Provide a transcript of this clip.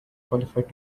qualified